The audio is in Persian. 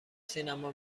سینما